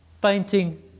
Painting